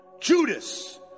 Judas